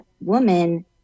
woman